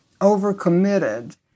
overcommitted